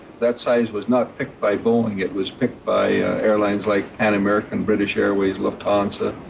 that size was not picked by boeing, it was picked by airlines like pan-american, british airways, lufthansa,